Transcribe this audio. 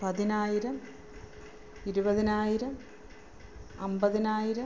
പതിനായിരം ഇരപ തിനായിരം അൻപതിനായിരം